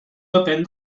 depén